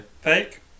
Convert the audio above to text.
Fake